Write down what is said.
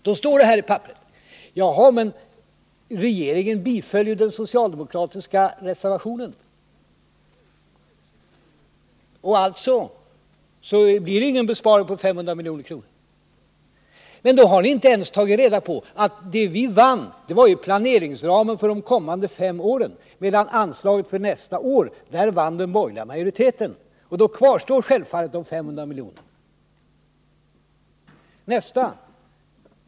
Men, står det här i papperen, riksdagen biföll ju den socialdemokratiska reservationen. Alltså blir det ingen besparing på 500 milj.kr. Då har ni inte ens tagit reda på att när socialdemokraterna vann gällde det planeringsramen för de kommande fem åren, medan den borgerliga majoriteten vann när det gällde anslaget för nästa år. Då kvarstår självfallet de 500 miljonerna.